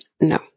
no